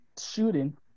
shooting